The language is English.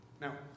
Now